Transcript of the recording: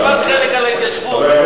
עניבת חנק על ההתיישבות.